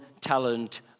talent